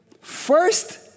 First